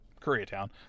Koreatown